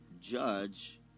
judge